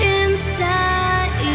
inside